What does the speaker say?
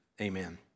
Amen